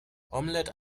omelette